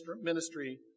ministry